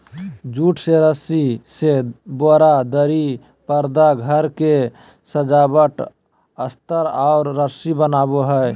jute से रस्सी से बोरा, दरी, परदा घर के सजावट अस्तर और रस्सी बनो हइ